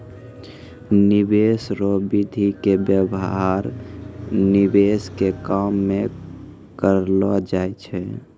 निवेश रो विधि के व्यवहार निवेश के काम मे करलौ जाय छै